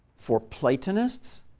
for platonists